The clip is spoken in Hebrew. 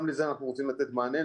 גם לזה אנחנו רוצים לתת מענה,